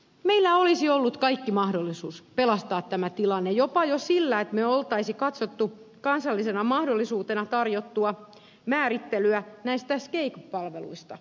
meillä olisi ollut kaikki mahdollisuudet pelastaa tämä tilanne jopa jo sillä että me olisimme katsoneet kansallisena mahdollisuutena tarjottua määrittelyä näistä sgei palveluista